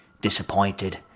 disappointed